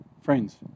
Friends